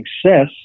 success –